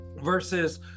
versus